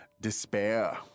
despair